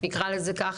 נקרא לזה ככה,